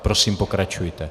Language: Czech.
Prosím, pokračujte.